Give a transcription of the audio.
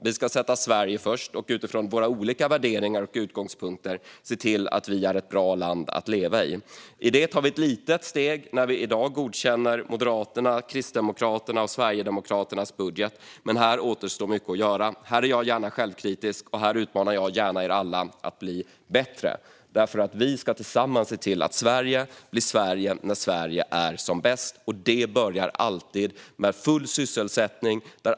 Vi ska sätta Sverige först och utifrån våra olika värderingar och utgångspunkter se till att Sverige är ett bra land att leva i. I detta tar vi ett litet steg när vi i dag godkänner Moderaternas, Kristdemokraternas och Sverigedemokraternas budget. Det återstår dock mycket att göra. Jag är gärna självkritisk och utmanar gärna er alla att bli bättre. Vi ska tillsammans se till att Sverige blir Sverige när Sverige är som bäst, och det börjar alltid med full sysselsättning.